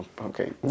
okay